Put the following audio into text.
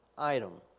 item